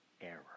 error